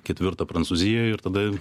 ketvirtą prancūzijoj ir tada